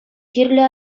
чирлӗ